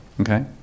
Okay